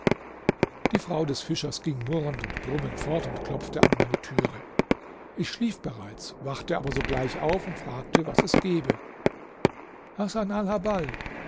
die frau des fischers ging murrend und brummend fort und klopfte an meine türe ich schlief bereits wachte aber sogleich auf und fragte was es gebe